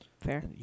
Fair